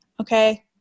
okay